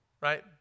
right